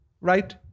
Right